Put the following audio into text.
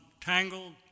tangled